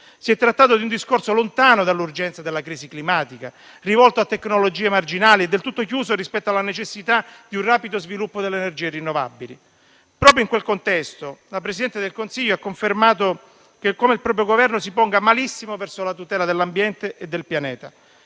Si è trattato di un discorso lontano dall'urgenza della crisi climatica, rivolto a tecnologie marginali e del tutto chiuso rispetto alla necessità di un rapido sviluppo delle energie rinnovabili. Proprio in quel contesto, la Presidente del Consiglio ha confermato come il proprio Governo si ponga malissimo verso la tutela dell'ambiente e del pianeta.